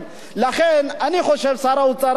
שר האוצר הזה והמדיניות שלו,